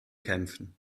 kämpfen